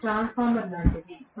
t transformer లాంటిది